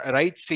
right